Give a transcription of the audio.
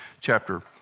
Chapter